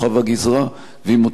ואם מותר לי לומר עוד דבר,